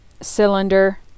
cylinder